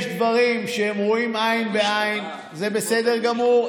יש דברים שהם רואים עין בעין, זה בסדר גמור.